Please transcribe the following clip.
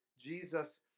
Jesus